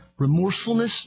Remorsefulness